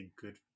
good